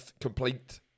complete